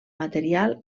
material